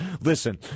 Listen